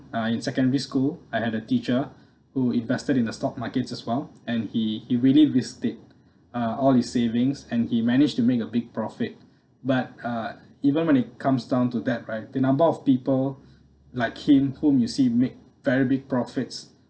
uh in secondary school I had a teacher who invested in the stock markets as well and he he really risk take uh all his savings and he managed to make a big profit but uh even when it comes down to debt right the number of people like him whom you see make very big profits